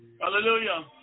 Hallelujah